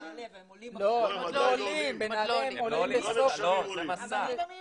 בן אדם בא